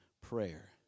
prayer